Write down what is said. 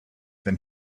than